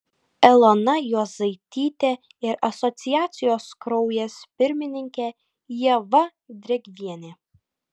elona juozaityte ir asociacijos kraujas pirmininke ieva drėgviene